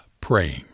praying